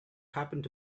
happened